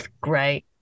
great